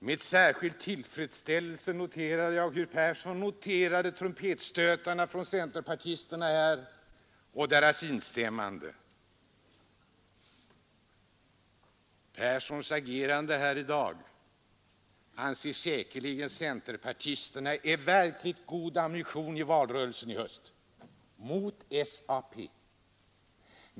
Sedan lade jag märke till hur herr Persson med särskild stor tillfredsställelse noterade trumpetstötarna från centerpartisterna i form av deras instämmande i herr Perssons synpunkter. Herr Perssons agerande här i dag anser säkerligen centerpartisterna vara verkligt god ammunition i valrörelsen i höst — mot SAP.